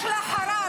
יש לה חררה.